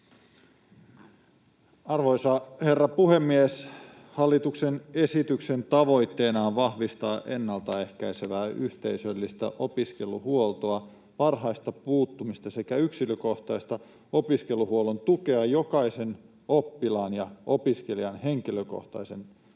Arvoisa herra puhemies! Hallituksen esityksen tavoitteena on vahvistaa ennaltaehkäisevää yhteisöllistä opiskeluhuoltoa, varhaista puuttumista sekä yksilökohtaista opiskeluhuollon tukea jokaisen oppilaan ja opiskelijan henkilökohtaisten tarpeiden